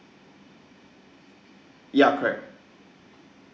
ya correct